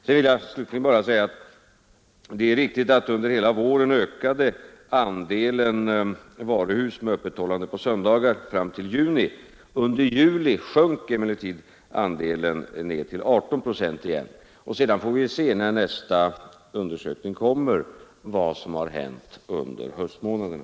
Slutligen är det riktigt att andelen varuhus med öppethållande på söndagar ökade under hela våren fram till juni, men under juli månad sjönk den andelen igen till 18 procent. När resultaten av nästa undersökning föreligger får vi se vad som har hänt under höstmånaderna.